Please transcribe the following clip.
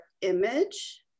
image